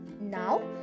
Now